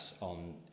on